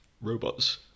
robots